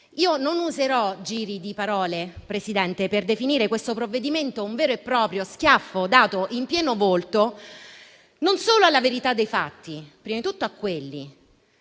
Non userò giri di parole, Presidente, per definire questo provvedimento un vero e proprio schiaffo dato in pieno volto non solo alla verità dei fatti - prima di tutto ai